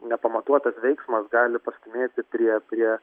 nepamatuotas veiksmas gali pastūmėti prie prie